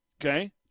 okay